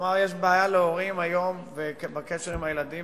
כלומר יש בעיה להורים היום בקשר עם הילדים,